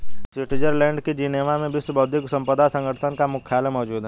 Switzerland के Geneva में विश्व बौद्धिक संपदा संगठन का मुख्यालय मौजूद है